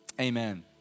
amen